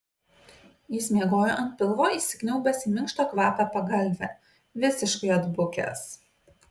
jis miegojo ant pilvo įsikniaubęs į minkštą kvapią pagalvę visiškai atbukęs